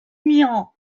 mien